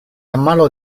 ammalò